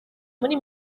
muri